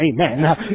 amen